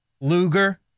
Luger